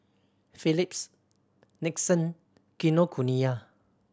Phillips Nixon Kinokuniya